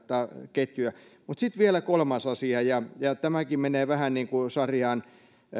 ketjuja sitten vielä kolmas asia ja tämäkin menee vähän niin kuin sarjaan